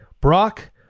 Brock